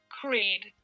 Creed